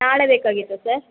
ನಾಳೆ ಬೇಕಾಗಿತ್ತು ಸರ್